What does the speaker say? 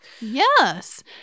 Yes